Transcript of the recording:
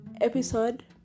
episode